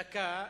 דקה,